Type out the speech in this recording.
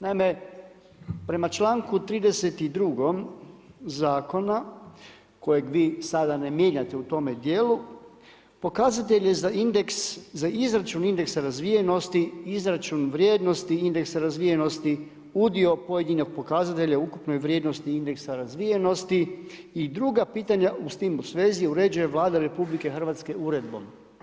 Naime, prema članku 32. zakona kojeg vi sada ne mijenjate u tome dijelu, pokazatelj je za izračun indeksa razvijenosti izračun vrijednosti indeksa razvijenosti, udio pojedinog pokazatelja ukupnoj vrijednosti indeksa razvijenosti i druga pitanja s tim u svezi uređuje Vlada RH uredbom.